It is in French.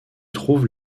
trouve